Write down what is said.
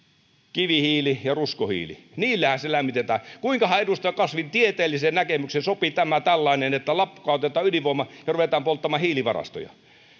kivihiili ja ruskohiili niillähän siellä lämmitetään kuinkahan edustaja kasvin tieteelliseen näkemykseen sopii tämä tällainen että lakkautetaan ydinvoima ja ruvetaan polttamaan hiilivarastoja